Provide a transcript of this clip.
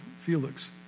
Felix